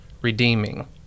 redeeming